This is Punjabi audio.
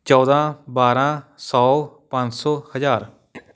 ਚੋਦ੍ਹਾਂ ਬਾਰ੍ਹਾਂ ਸੌ ਪੰਜ ਸੌ ਹਜ਼ਾਰ